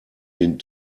den